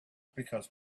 because